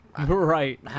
Right